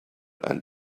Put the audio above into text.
and